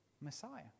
Messiah